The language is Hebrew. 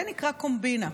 זה נקרא קומבינה.